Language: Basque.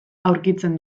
aurkitzen